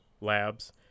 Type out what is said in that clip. labs